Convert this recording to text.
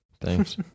Thanks